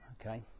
Okay